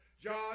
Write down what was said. John